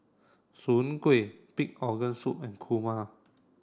Soon Kway Pig Organ Soup and Kurma